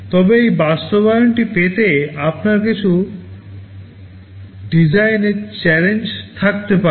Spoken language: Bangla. তবে এই বাস্তবায়নটি পেতে আপনার কিছু নকশার চ্যালেঞ্জ থাকতে পারে